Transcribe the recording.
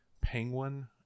penguin